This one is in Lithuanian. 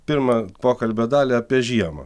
pirmą pokalbio dalį apie žiemą